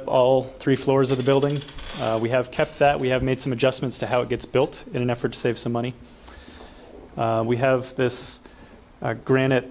up all three floors of the building we have kept that we have made some adjustments to how it gets built in an effort to save some money we have this granite